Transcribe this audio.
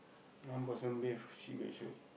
one person bathe sibeh shiok